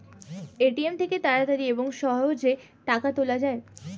ATM থেকে তাড়াতাড়ি এবং সহজে টাকা তোলা যায়